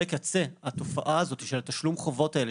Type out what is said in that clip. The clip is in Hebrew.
קצה התופעה הזאת של תשלום החובות האלה,